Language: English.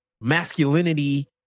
masculinity